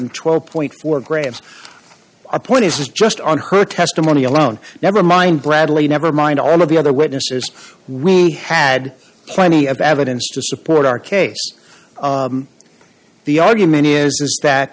and twelve point four grams a point is just on her testimony alone never mind bradley never mind all of the other witnesses when we had plenty of evidence to support our case the argument is that